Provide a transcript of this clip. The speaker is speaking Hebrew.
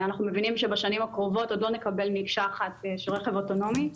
אנחנו מבינים שבשנים הקרובות עוד לא נקבל מקשה אחת של רכב אוטונומי,